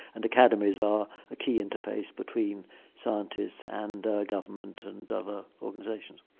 and academies are a key interface between scientists and government and other organisations.